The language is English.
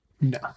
No